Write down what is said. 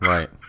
Right